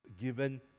given